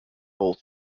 both